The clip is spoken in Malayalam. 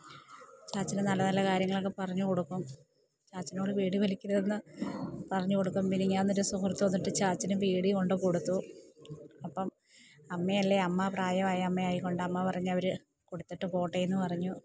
ചാച്ചന് നല്ല നല്ല കാര്യങ്ങളക്കെ പറഞ്ഞ് കൊടുക്കും ചാച്ചനോട് ബീഡി വലിക്കരുതെന്ന് പറഞ്ഞ് കൊടുക്കും മിനിങ്ങാന്നൊര് സുഹൃത്ത് വന്നിട്ട് ചാച്ചന് ബീഡി കൊണ്ട് കൊട്ത്തു അപ്പം അമ്മ അല്ലേ അമ്മ പ്രായവായ അമ്മയായ കൊണ്ട് അമ്മ പറഞ്ഞവര് കൊടുത്തിട്ട് പോട്ടേന്ന് പറഞ്ഞു